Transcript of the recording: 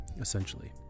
essentially